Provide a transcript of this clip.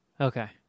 Okay